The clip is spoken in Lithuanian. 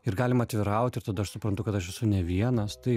ir galima atvirauti ir tada aš suprantu kad aš esu ne vienas tai